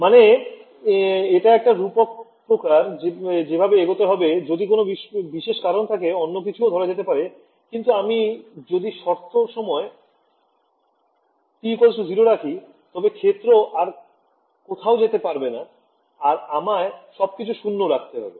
মানে এটা একটা রূপক প্রকার যেভাবে এগোতে হবে যদি কোন বিশেষ কারণ থাকে অন্যকিছুও ধরা যেতে পারে কিন্তু আমি যদি শর্ত সময় t0 রাখি তবে ক্ষেত্র আর কথাও যেতে পারবে না আর আমায় সব কিছু শূন্য রাখতে হবে